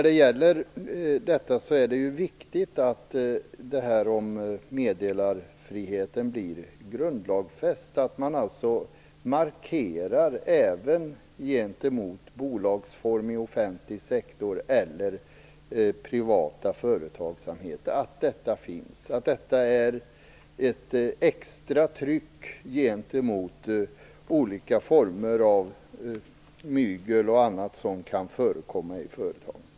Det är viktigt att meddelarfriheten blir grundlagsfäst, så att man markerar även gentemot bolagsform i offentlig sektor eller privat företagsamhet att detta finns, att detta är ett extra tryck gentemot olika former av mygel och annat som kan förekomma i företag.